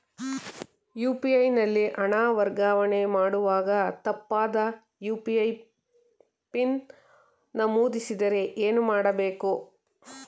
UPI ನಲ್ಲಿ ಹಣ ವರ್ಗಾವಣೆ ಮಾಡುವಾಗ ತಪ್ಪಾದ ಯು.ಪಿ.ಐ ಪಿನ್ ನಮೂದಿಸಿದರೆ ಏನು ಮಾಡಬೇಕು?